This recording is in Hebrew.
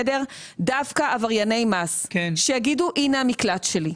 דווקא עברייני מס שיגידו: הנה המקלט שלי,